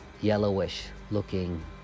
yellowish-looking